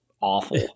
awful